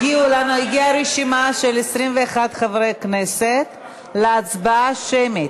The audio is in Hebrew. הגיעה רשימה של 21 חברי כנסת להצבעה שמית,